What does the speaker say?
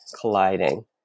colliding